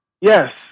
yes